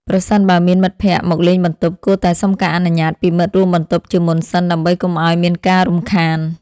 ប្រសិនបើមានមិត្តភក្តិមកលេងបន្ទប់ គួរតែសុំការអនុញ្ញាតពីមិត្តរួមបន្ទប់ជាមុនសិនដើម្បីកុំឱ្យមានការរំខាន។